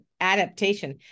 adaptation